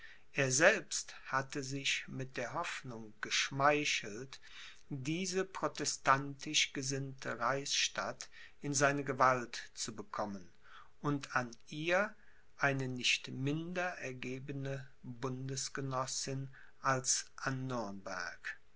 er selbst hatte sich mit der hoffnung geschmeichelt diese protestantisch gesinnte reichsstadt in seine gewalt zu bekommen und an ihr eine nicht minder ergebene bundesgenossin als an